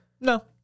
No